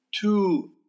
two